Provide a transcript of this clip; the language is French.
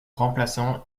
remplaçant